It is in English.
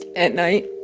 at night.